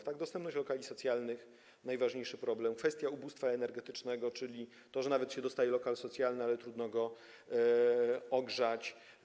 Chodzi o dostępność lokali socjalnych, najważniejszy problem, kwestię ubóstwa energetycznego, czyli o to, że nawet jak się dostaje lokal socjalny, to trudno go ogrzać.